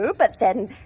but then,